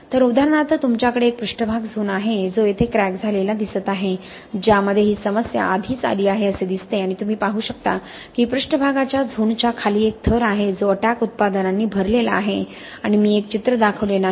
तर उदाहरणार्थ तुमच्याकडे एक पृष्ठभाग झोन आहे जो येथे क्रॅक झालेला दिसत आहे ज्यामध्ये ही समस्या आधीच आली आहे असे दिसते आणि तुम्ही पाहू शकता की पृष्ठभागाच्या झोनच्या खाली एक थर आहे जो अटॅक उत्पादनांनी भरलेला आहे आणि मी एक चित्र दाखवले नाही